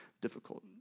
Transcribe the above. difficult